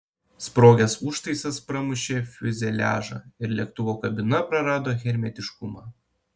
sprogęs užtaisas pramušė fiuzeliažą ir lėktuvo kabina prarado hermetiškumą